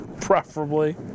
Preferably